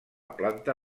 planta